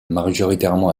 majoritairement